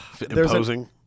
Imposing